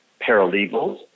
paralegals